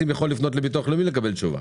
יכול לפנות לביטוח לאומי לקבל תשובה?